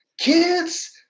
Kids